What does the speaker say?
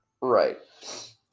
Right